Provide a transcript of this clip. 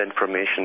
information